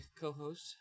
co-host